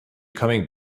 coming